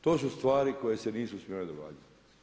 To su stvari koje se nisu smjele događati.